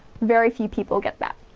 very few people get that.